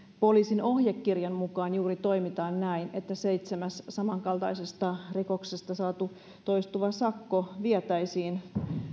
poliisin ohjekirjan mukaan toimitaan juuri näin että seitsemäs samankaltaisesta rikoksesta saatu toistuva sakko vietäisiin